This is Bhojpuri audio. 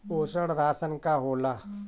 पोषण राशन का होला?